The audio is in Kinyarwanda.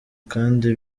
kandi